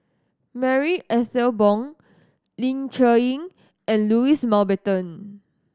Marie Ethel Bong Ling Cher Eng and Louis Mountbatten